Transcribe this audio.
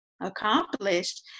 accomplished